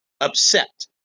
upset